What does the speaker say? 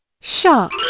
Shark